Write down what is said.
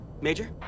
Major